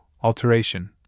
Alteration